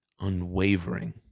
unwavering